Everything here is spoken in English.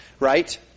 Right